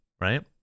right